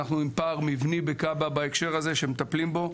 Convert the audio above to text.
אנחנו עם פער מבני בכב"ה בהקשר הזה, שמטפלים בו.